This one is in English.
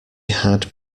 had